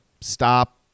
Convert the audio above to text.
stop